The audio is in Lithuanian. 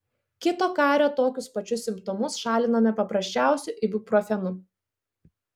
kito kario tokius pačius simptomus šalinome paprasčiausiu ibuprofenu